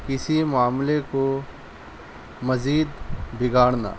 کسی معاملے کو مزید بگاڑنا